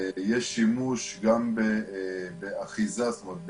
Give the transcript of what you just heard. יש שימוש גם באחיזה, כלומר,